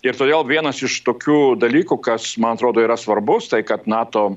ir todėl vienas iš tokių dalykų kas man atrodo yra svarbus tai kad nato